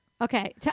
Okay